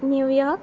New York